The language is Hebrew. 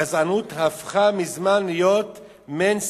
גזענות הפכה מזמן להיות mainstream.